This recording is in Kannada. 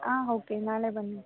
ಆಂ ಹೋಕೆ ನಾಳೆ ಬನ್ನಿ